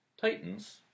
Titans